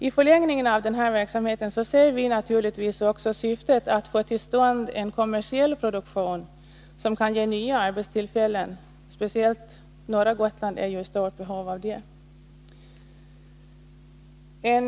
I förlängningen av den här verksamheten ser vi naturligtvis också syftet att få till stånd en kommersiell produktion, som kan ge nya arbetstillfällen. Speciellt norra Gotland är ju i stort behov av sådana.